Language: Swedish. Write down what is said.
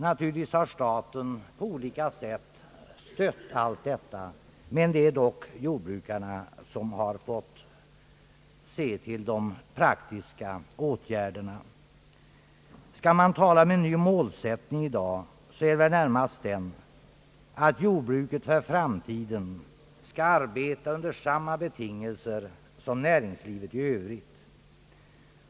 Naturligtvis har staten på olika sätt stött allt detta, men det är dock jordbrukarna som vidtagit de praktiska åtgärderna. Skall man tala om en ny målsättning i dag, så är det väl närmast den, att jordbruket för framtiden skall arbeta under samma betingelser som näringslivet i övrigt.